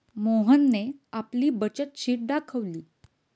मोहनने आपली बचत शीट दाखवली